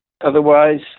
Otherwise